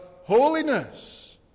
holiness